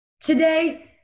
today